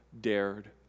dared